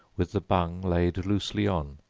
with the bung laid loosely on